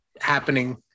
happening